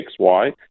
XY